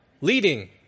leading